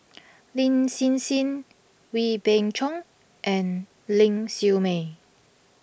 Lin Hsin Hsin Wee Beng Chong and Ling Siew May